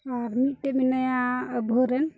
ᱟᱨ ᱢᱤᱫᱴᱮᱱ ᱢᱮᱱᱟᱭᱟ ᱟᱹᱵᱷᱟᱹ ᱨᱮᱱ